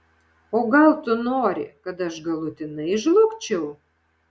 o gal tu nori kad aš galutinai žlugčiau